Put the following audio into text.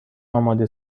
آماده